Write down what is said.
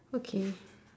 okay